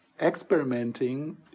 experimenting